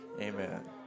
Amen